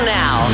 now